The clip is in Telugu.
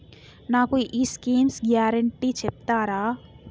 నాకు ఈ స్కీమ్స్ గ్యారంటీ చెప్తారా?